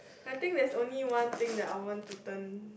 I think there is only one thing that I want to turn